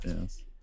yes